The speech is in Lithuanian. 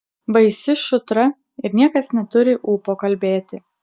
baisi šutra ir niekas neturi ūpo kalbėti